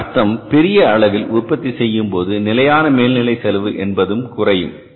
இதன் அர்த்தம் பெரிய அளவில் உற்பத்தி செய்யும் போது நிலையான மேல் நிலை செலவு என்பது குறையும்